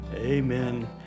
amen